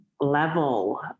level